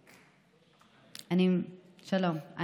שלום.